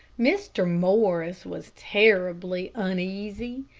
mr. morris was terribly uneasy.